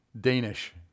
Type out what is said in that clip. Danish